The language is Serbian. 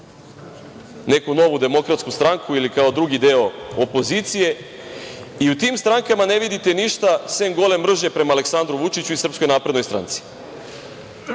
neku novu demokratsku stranku ili kao drugi deo opozicije i u tim strankama ne vidite ništa sem gole mržnje prema Aleksandru Vučiću i SNS. Ako želimo da